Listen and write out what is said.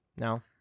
No